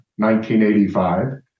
1985